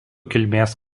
kilmės